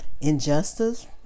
Injustice